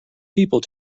people